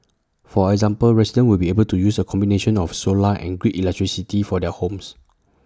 for example residents will be able to use A combination of solar and grid electricity for their homes